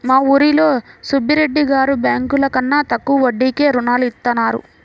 మా ఊరిలో సుబ్బిరెడ్డి గారు బ్యేంకుల కన్నా తక్కువ వడ్డీకే రుణాలనిత్తారు